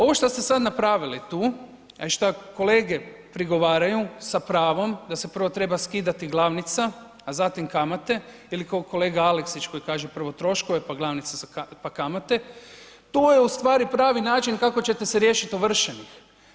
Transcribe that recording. Ovo šta ste sad napravili tu, a šta kolege prigovaraju sa pravom da se prvo treba skidati glavnica, a zatim kamate ili kao kolega Aleksić koji kaže prvo troškove, pa kamate, to je ustvari pravi način kako ćete se riješiti ovršenih.